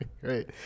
Great